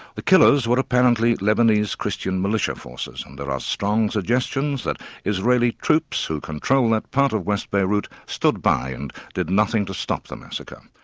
the killers were apparently lebanese christian militia forces, and there are strong suggestions that israeli troops, who control that part of west beirut, stood by and did nothing to stop the massacre.